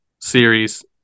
series